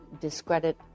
discredit